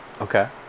okay